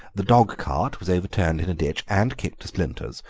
the dogcart was overturned in a ditch and kicked to splinters,